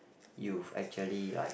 you've actually like